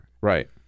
Right